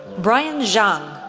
bryan zhang,